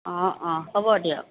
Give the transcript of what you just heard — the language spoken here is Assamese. অঁ অঁ হ'ব দিয়ক